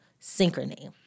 synchrony